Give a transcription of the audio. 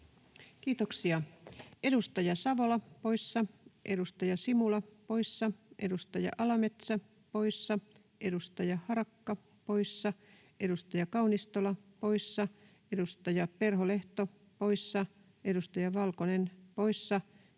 Kiitoksia. — Edustaja Savola poissa, edustaja Simula poissa, edustaja Alametsä poissa, edustaja Harakka poissa, edustaja Kaunistola poissa, edustaja Perholehto poissa, edustaja Valkonen poissa,